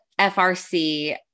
FRC